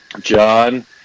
John